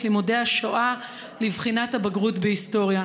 לימודי השואה לבחינת הבגרות בהיסטוריה.